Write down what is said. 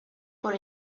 por